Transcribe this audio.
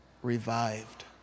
revived